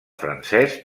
francès